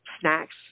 snacks